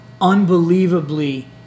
unbelievably